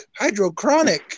hydrochronic